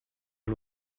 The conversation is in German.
mal